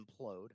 implode